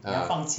ah